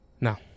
Now